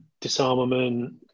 disarmament